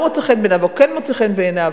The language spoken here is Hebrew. לא מוצא חן בעיניו או כן מוצא חן בעיניו,